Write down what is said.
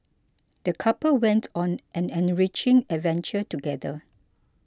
the couple went on an enriching adventure together